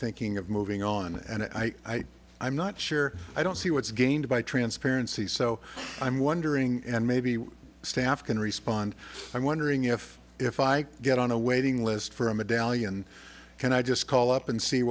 thinking of moving on and i i'm not sure i don't see what's gained by transparency so i'm wondering and maybe staff can respond i'm wondering if if i get on a waiting list for a medallion can i just call up and see